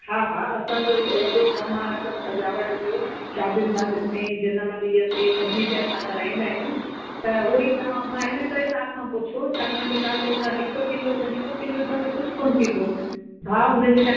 हा हा असांजो वॾो कमु आहे सभ सजावट जो शादियुनि वादियुनि में जनम ॾींहं ते सभिनी ते असां कराईंदा आहियूं त उहो ई तां मां इन करे तव्हांखां पुछो छाकाणि त तव्हां चओ त हिकु किलो हिकु किलो त कुझु कोन थींदो हा हुन जे लाइ